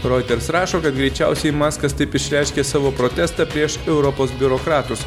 roiters rašo kad greičiausiai maskas taip išreiškė savo protestą prieš europos biurokratus